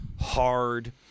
hard